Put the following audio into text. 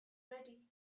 ready